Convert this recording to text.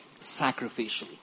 sacrificially